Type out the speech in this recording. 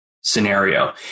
scenario